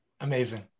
Amazing